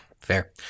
Fair